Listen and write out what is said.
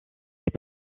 est